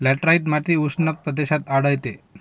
laterite माती उष्ण प्रदेशात आढळते